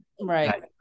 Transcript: Right